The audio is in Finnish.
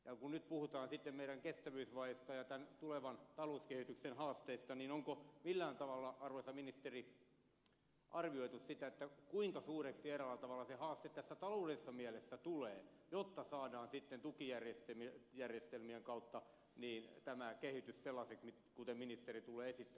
kun puhutaan sitten meidän kestävyysvajeesta ja tämän tulevan talouskehityksen haasteista niin onko millään tavalla arvoisa ministeri arvioitu sitä kuinka suureksi eräällä tavalla se haaste tässä taloudellisessa mielessä tulee jotta saadaan sitten tukijärjestelmien kautta tämä kehitys sellaiseksi kuten ministeri tulee esittämään ja toivoo